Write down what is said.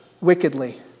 wickedly